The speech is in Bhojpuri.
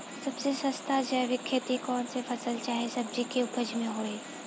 सबसे सस्ता जैविक खेती कौन सा फसल चाहे सब्जी के उपज मे होई?